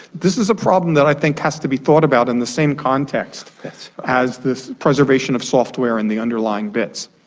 this is a problem that i think has to be thought about in the same context context as this preservation of software and the underlying bits.